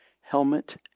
Helmet